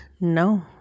No